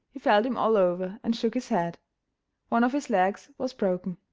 he felt him all over, and shook his head one of his legs was broken.